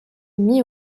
mis